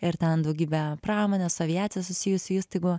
ir ten daugybė pramonės aviacijos susijusių įstaigų